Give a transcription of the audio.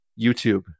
YouTube